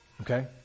Okay